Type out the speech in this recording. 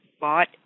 bought